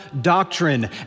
doctrine